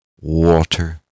water